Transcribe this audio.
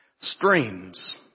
streams